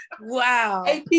Wow